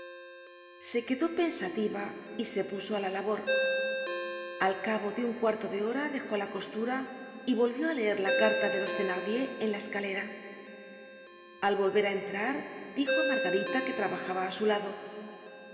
se quedó pensativa y se puso á la labor al cabo de un cuarto de hora dejó la costura y volvió á leer la carta de los thenardier en la escalera al volver á entrar dijo á margarita que trabajaba á sú lado qué